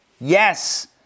Yes